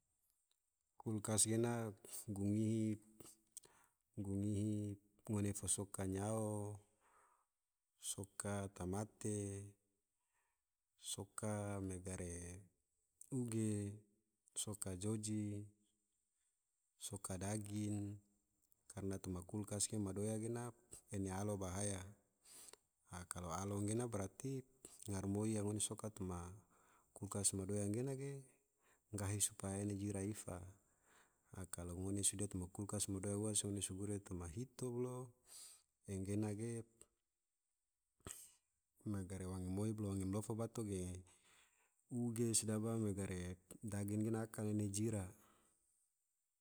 Kulkas gena, gunyihi, gunyihi ngone fo soka nyao, soka tamate, soka mega re, uge, soka joji, soka daging, karna toma kulkas ena ma doya gena, ene alo bahaya, a kalo alo gena brati garamoi yang ngone soka madoya gena ge, gahi supaya ena jira ifa, a kalo ngone sodia toma kulkas madoya ua se ngone sgure toma hito bolo, anggena ge, wange rimoi bolo, wange malofo bato ge uge sedaba mega re, daging gena, akan ena jira